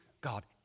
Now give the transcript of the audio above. God